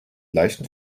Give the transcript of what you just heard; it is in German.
leichten